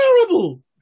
terrible